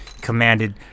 Commanded